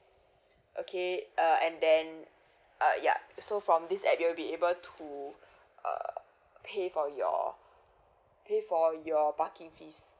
okay uh and then uh yeah so from this app you'll be able to uh pay for your pay for your parking fees